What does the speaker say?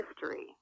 history